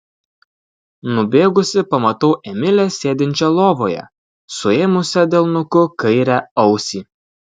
nubėgusi pamatau emilę sėdinčią lovoje suėmusią delnuku kairę ausį